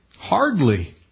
Hardly